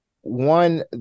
one